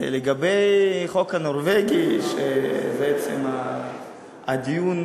לגבי החוק הנורבגי, שזה עצם הדיון,